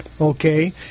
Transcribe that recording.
Okay